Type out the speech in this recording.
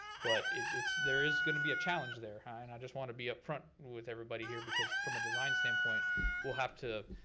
but it's, there is gonna be a challenge there, and i just wanna be up front with everybody here. because from a design standpoint we'll have to